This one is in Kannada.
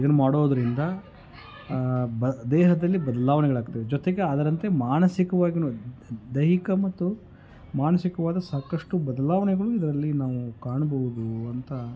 ಇದನ್ನು ಮಾಡೋದರಿಂದ ಬ ದೇಹದಲ್ಲಿ ಬದಲಾವಣೆಗಳಾಗ್ತವೆ ಜೊತೆಗೆ ಅದರಂತೆ ಮಾನಸಿಕವಾಗಿಯು ದೈಹಿಕ ಮತ್ತು ಮಾನಸಿಕವಾದ ಸಾಕಷ್ಟು ಬದಲಾವಣೆಗಳು ಇದರಲ್ಲಿ ನಾವು ಕಾಣಬಹುದು ಅಂತ